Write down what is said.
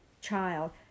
child